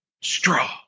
straw